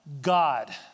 God